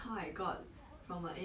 mm